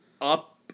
Up